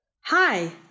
Hi